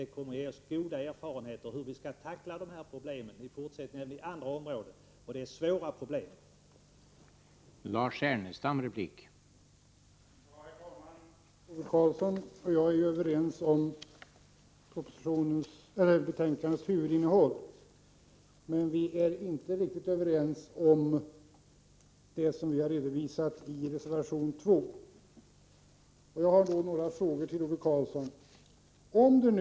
Det kommer att ge oss goda erfarenheter när vi skall tackla dessa problem även i andra områden — det är svåra problem att lösa.